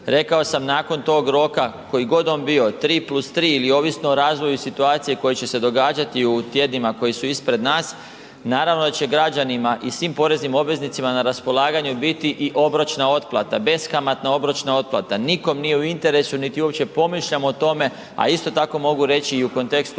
Rekao sam nakon tog roka koji god on bio 3 + 3 ili ovisno o razvoju situacije koje će se događati u tjednima koji su ispred nas, naravno da će građanima i svim poreznim obveznicima na raspolaganju biti i obročna otplata, beskamatna obročna otplata. Nikom nije u interesu, niti uopće pomišljamo o tome, a isto tako mogu reći i u kontekstu